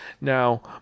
Now